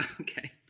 Okay